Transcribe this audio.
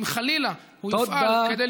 אם חלילה הוא יפעל כדי,